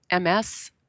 MS